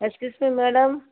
excuse me madam